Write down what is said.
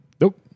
Nope